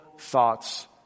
thoughts